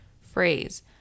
phrase